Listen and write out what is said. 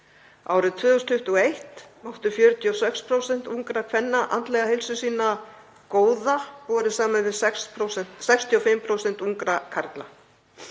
Árið 2021 mátu 46% ungra kvenna andlega heilsu sína góða borið saman við 65% ungra karla.